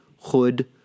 Hood